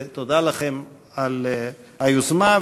תודה לכם על היוזמה.